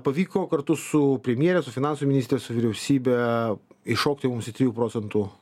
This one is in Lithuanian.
pavyko kartu su premjere su finansų ministre su vyriausybe įšokti mums į trijų procentų